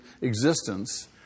existence